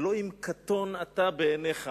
"הלוא אם קטן אתה בעיניך